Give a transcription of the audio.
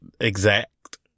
exact